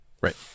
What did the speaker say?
right